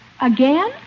Again